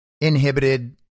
inhibited